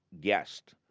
guest